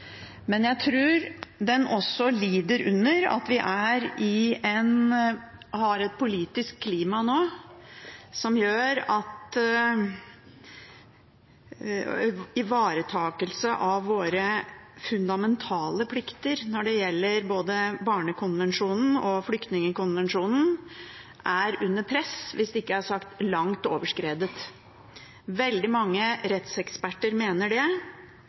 men jeg tror den også lider under at vi nå har et politisk klima som gjør at ivaretakelse av våre fundamentale plikter når det gjelder både barnekonvensjonen og flyktningkonvensjonen, er under press, hvis ikke langt overskredet. Veldig mange rettseksperter mener det.